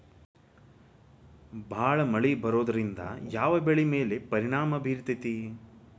ಭಾಳ ಮಳಿ ಬರೋದ್ರಿಂದ ಯಾವ್ ಬೆಳಿ ಮ್ಯಾಲ್ ಪರಿಣಾಮ ಬಿರತೇತಿ?